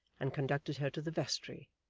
and conducted her to the vestry,